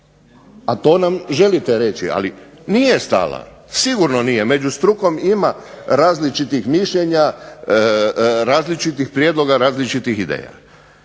to nam želite reći. Ali sigurno nije stala, među strukom ima različitih mišljenja, različitih prijedloga i različitih ideja.